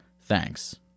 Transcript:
Thanks